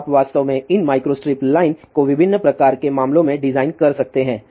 तो आप वास्तव में इन माइक्रोस्ट्रिप लाइन को विभिन्न प्रकार के मामलों में डिजाइन कर सकते हैं